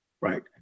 right